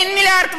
אין 1.5 מיליארד?